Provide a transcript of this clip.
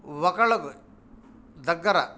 ఒకరి దగ్గర